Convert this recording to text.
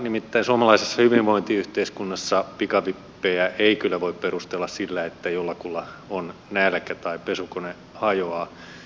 nimittäin suomalaisessa hyvinvointiyhteiskunnassa pikavippejä ei kyllä voi perustella sillä että jollakulla on nälkä tai pesukone hajoaa